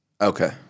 Okay